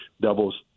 doubles